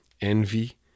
envy